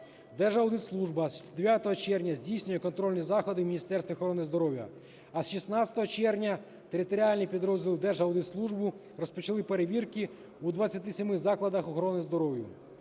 Держаудитслужба з 9 червня здійснює контрольні заходи в Міністерстві охорони здоров'я, а з 16 червня територіальні підрозділи Держаудитслужби розпочали перевірки у 27 закладах охорони здоров'я.